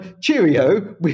cheerio